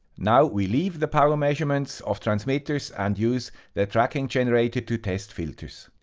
now we leave the power measurement of transmitters and use the tracking generator to test filters.